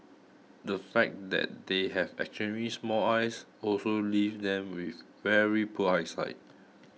the fact that they have extremely small eyes also leaves them with very poor eyesight